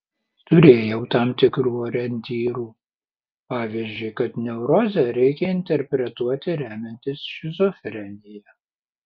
turėjau tam tikrų orientyrų pavyzdžiui kad neurozę reikia interpretuoti remiantis šizofrenija